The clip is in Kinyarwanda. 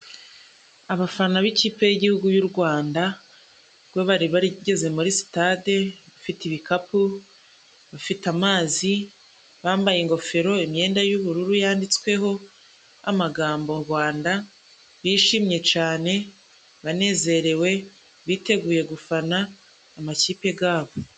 Abafana b'ikipe y'Igihugu y'u Rwanda bari bageze muri sitade bafite ibikapu, bafite amazi, bambaye ingofero, imyenda y'ubururu yanditsweho amagambo Rwanda. Bishimye cyane, banezerewe, biteguye gufana amakipe yabo.